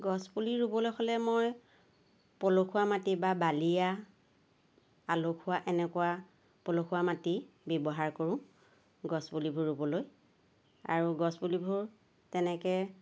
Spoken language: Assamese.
গছ পুলি ৰুবলৈ হ'লে মই পলসুৱা মাটি বা বালিয়া আলসুৱা এনেকুৱা পলসুৱা মাটি ব্যৱহাৰ কৰোঁ গছ পুলিবোৰ ৰুবলৈ আৰু গছ পুলিবোৰ তেনেকৈ